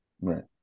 Right